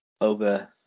over